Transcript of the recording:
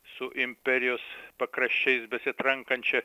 su imperijos pakraščiais besitrankančia